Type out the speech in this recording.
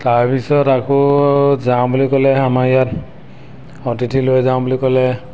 তাৰপিছত আকৌ যাওঁ বুলি ক'লে আমাৰ ইয়াত অতিথি লৈ যাওঁ বুলি ক'লে